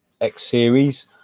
X-series